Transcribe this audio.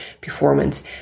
performance